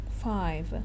Five